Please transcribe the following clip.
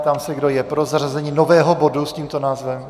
Ptám se, kdo je pro zařazení nového bodu s tímto názvem.